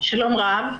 שלום רב,